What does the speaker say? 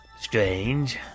Strange